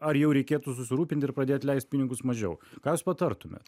ar jau reikėtų susirūpint ir pradėt leist pinigus mažiau ką jūs patartumėt